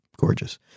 gorgeous